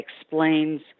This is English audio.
explains